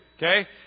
Okay